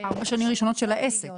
ארבע שנים ראשונות של העסק.